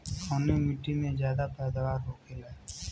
कवने मिट्टी में ज्यादा पैदावार होखेला?